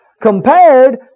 Compared